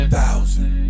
Thousand